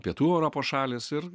pietų europos šalys ir